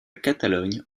catalogne